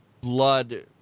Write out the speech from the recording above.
blood